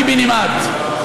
קיבינימט,